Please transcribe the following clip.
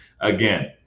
Again